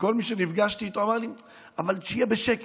וכל מי שנפגשתי איתו אמר לי: אבל שיהיה בשקט,